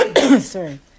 sorry